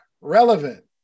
relevant